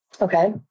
Okay